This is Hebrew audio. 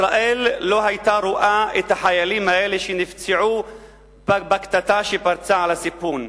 ישראל לא היתה רואה את החיילים האלה שנפצעו בקטטה שפרצה על הסיפון.